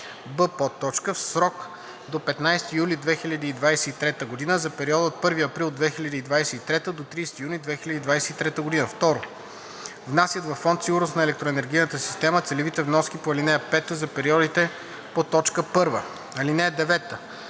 б) в срок до 15 юли 2023 г. – за периода от 1 април 2023 г. до 30 юни 2023 г.; 2. внасят във Фонд „Сигурност на електроенергийната система“ целевите вноски по ал. 5 за периодите по т. 1. (9)